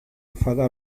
enfada